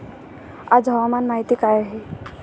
आज हवामान माहिती काय आहे?